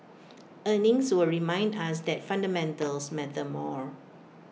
earnings will remind us that fundamentals matter more